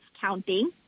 counting